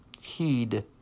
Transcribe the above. heed